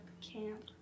camp